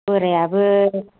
बोरायाबो